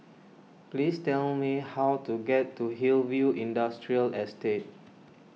please tell me how to get to Hillview Industrial Estate